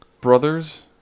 Brothers